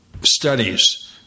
studies